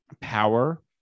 power